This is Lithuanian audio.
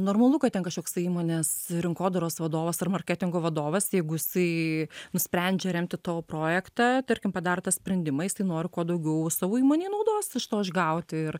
normalu kad ten kažkoksai įmonės rinkodaros vadovas ar marketingo vadovas jeigu jisai nusprendžia remti tavo projektą tarkim padaro tą sprendimą jisai noriu kuo daugiau savo įmonei naudos iš to išgauti ir